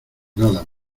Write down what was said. nadan